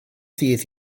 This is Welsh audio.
fydd